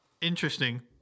Interesting